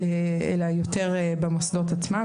אלא יותר במוסדות עצמם,